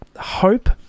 hope